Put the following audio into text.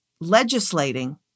legislating